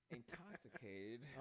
intoxicated